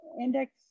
index